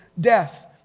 death